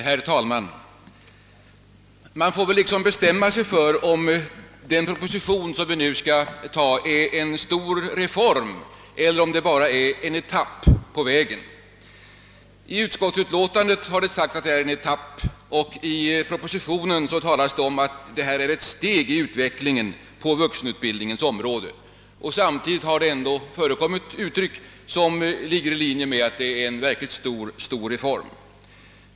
Herr talman! Man får väl liksom bestämma sig för om den proposition som vi nu skall antaga är en stor reform eller om den bara är en etapp på vägen. I utskottsutlåtandet har det sagts att det är en etapp, och i propositionen talas om att det är ett steg i utvecklingen på vuxenutbildningens område. Samtidigt har det emellertid gjorts uttalanden som gått ut på att det är fråga om en verkligt stor reform.